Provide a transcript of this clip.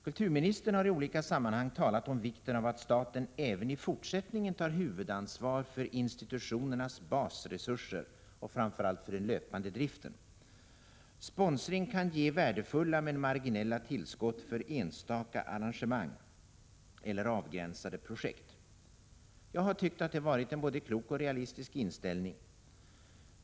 Kulturministern har i olika sammanhang talat om vikten av att staten även i fortsättningen tar huvudansvar för institutionernas basresurser och framför allt för den löpande driften. Sponsring kan ge värdefulla men marginella tillskott för ”enstaka arrangemang eller avgränsade projekt”. Jag har tyckt att det varit en både klok och realistisk inställning.